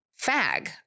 fag